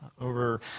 over